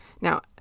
Now